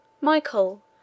Michael